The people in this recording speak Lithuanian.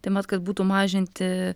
taip pat kad būtų mažinti